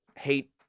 hate